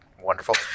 wonderful